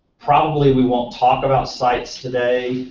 probably we won't talk about sites today.